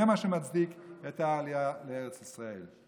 זה מה שמצדיק את העלייה לארץ ישראל.